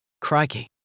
Crikey